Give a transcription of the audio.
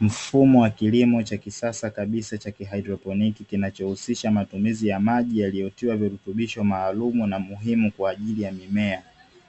Mfumo wa kilimo cha kisasa kabisa cha kihadroponiki kinachohusisha matumizi ya maji yaliyotiwa virutubisho maalumu na muhimu kwaajili ya mimea,